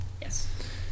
Yes